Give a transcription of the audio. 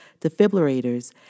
defibrillators